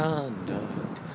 Conduct